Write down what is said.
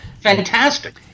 Fantastic